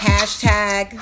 Hashtag